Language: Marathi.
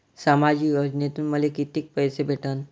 सामाजिक योजनेतून मले कितीक पैसे भेटन?